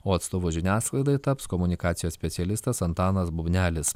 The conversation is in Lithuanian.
o atstovu žiniasklaidai taps komunikacijos specialistas antanas bubnelis